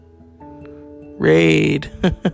Raid